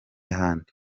ahandi